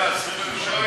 שהיה נזק.